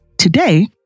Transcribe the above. Today